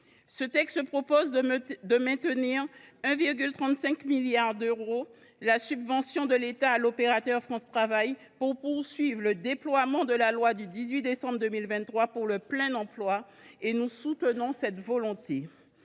2025 prévoit de maintenir à 1,35 milliard d’euros la subvention de l’État à l’opérateur France Travail, afin de poursuivre le déploiement de la loi du 18 décembre 2023 pour le plein emploi ; nous soutenons cette